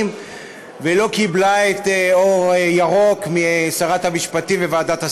ולא קיבלה אור ירוק משרת המשפטים וועדת השרים,